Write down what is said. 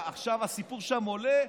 עכשיו הסיפור שם עולה.